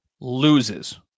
loses